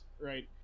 right